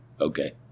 Okay